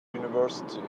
university